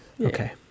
Okay